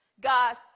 God